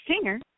singer